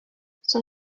son